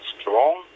strong